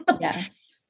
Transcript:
Yes